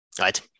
right